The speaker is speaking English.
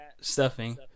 stuffing